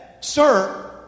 Sir